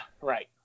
Right